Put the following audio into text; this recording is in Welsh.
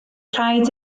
rhaid